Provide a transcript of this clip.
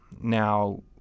Now